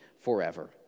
forever